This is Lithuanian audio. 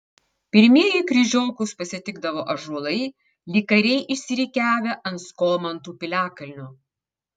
pirmieji kryžiokus pasitikdavo ąžuolai lyg kariai išsirikiavę ant skomantų piliakalnio